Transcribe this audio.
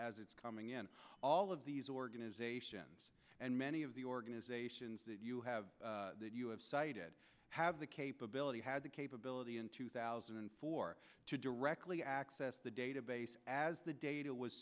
as it's coming in all of these organizations and many of the organizations that you have that you have cited have the capability has the capability in two thousand and four to directly access the database as the data was